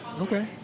Okay